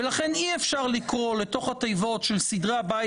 ולכן אי-אפשר לקרוא לתוך התיבות של סדרי הבית